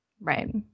right